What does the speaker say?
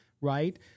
right